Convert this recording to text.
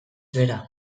bera